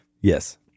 Yes